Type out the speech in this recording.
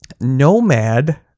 Nomad